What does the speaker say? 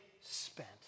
spent